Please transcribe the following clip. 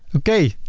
okay.